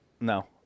No